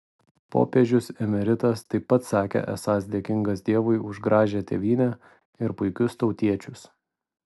popiežius emeritas taip pat sakė esąs dėkingas dievui už gražią tėvynę ir puikius tautiečius